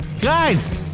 guys